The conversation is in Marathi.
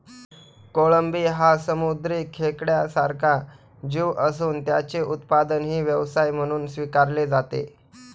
कोळंबी हा समुद्री खेकड्यासारखा जीव असून त्याचे उत्पादनही व्यवसाय म्हणून स्वीकारले जाते